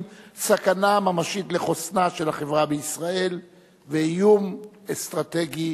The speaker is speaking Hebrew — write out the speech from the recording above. סכנה ממשית לחוסנה של החברה בישראל ואיום אסטרטגי